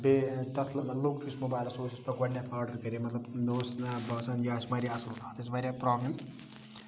بیٚیہِ تتھ لُک یُس موبایلَس اوس یُس مےٚ گۄڈنیٚتھ آڈَر کَرے مطلب مےٚ اوس باسان یہِ آسہِ واریاہ اصل اتھ ٲسۍ واریاہ پرابلم